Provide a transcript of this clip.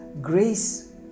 Grace